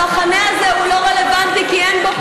המחנה הזה הוא לא רלוונטי כי אין לו פתרונות.